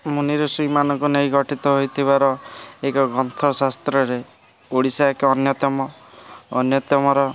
ମୁନି ଋଷିମାନଙ୍କୁ ନେଇ ଗଠିତ ହୋଇଥିବାର ଏକ ଗ୍ରନ୍ଥ ଶାସ୍ତ୍ରରେ ଓଡ଼ିଶା ଏକ ଅନ୍ୟତମ ଅନ୍ୟତମର